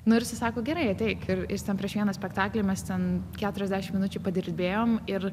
nu ir jisai sako gerai ateik ir jis ten prieš vieną spektaklį mes ten keturiasdešim minučių padirbėjom ir